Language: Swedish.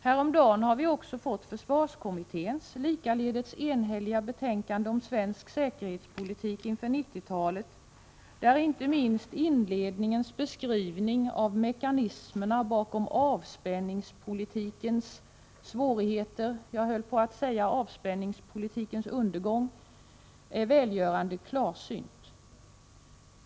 Häromdagen fick vi försvarskommitténs likaledes enhälliga betänkande om svensk säkerhetspolitik inför 1990-talet, där inte minst inledningens beskrivning av mekanismerna bakom avspänningspolitikens svårigheter, jag höll på att säga avspänningspolitikens undergång, är välgörande klarsynt.